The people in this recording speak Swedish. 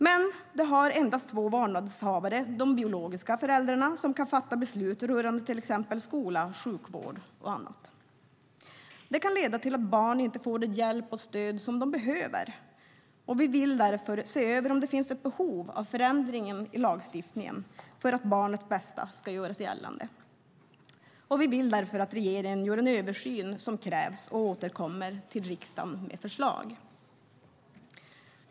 Vårdnadshavarna är dock endast de två biologiska föräldrarna, och det är bara de som kan fatta beslut rörande till exempel skola, sjukvård och annat. Det kan leda till att barnet inte får den hjälp och det stöd det behöver. Vi vill därför se över om det finns behov av förändringar i lagstiftningen för att barnets bästa ska göras gällande. Vi vill därför att regeringen gör den översyn som krävs och återkommer till riksdagen med förslag.